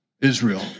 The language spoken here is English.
Israel